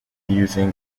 using